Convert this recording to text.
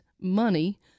money